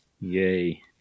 Yay